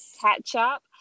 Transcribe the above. catch-up